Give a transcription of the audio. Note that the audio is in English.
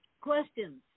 Questions